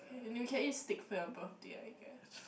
you can eat steak for your birthday I guess